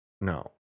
no